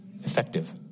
effective